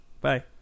bye